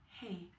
Hey